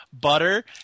butter